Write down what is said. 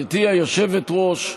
גברתי היושבת-ראש,